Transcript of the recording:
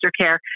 care